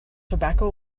tobacco